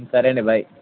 సరే అండి బాయ్